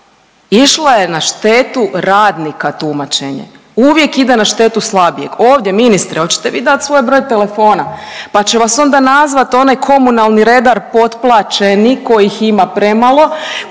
išla je na štetu radnika tumačenje, uvijek ide na štetu slabijeg. Ovdje ministre, oćete vi dat svoj broj telefona, pa će vas onda nazvat onaj komunalni redar potplaćeni, kojih ima premalo,